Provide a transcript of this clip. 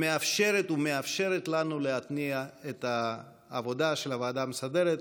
ומאפשרת לנו להתניע את העבודה של הוועדה המסדרת,